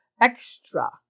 extra